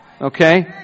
Okay